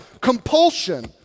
compulsion